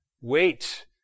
wait